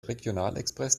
regionalexpress